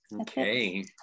Okay